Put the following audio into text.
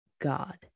God